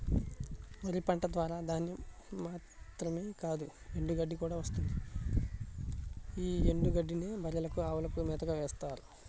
వరి పంట ద్వారా ధాన్యం మాత్రమే కాదు ఎండుగడ్డి కూడా వస్తుంది యీ ఎండుగడ్డినే బర్రెలకు, అవులకు మేతగా వేత్తారు